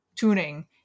tuning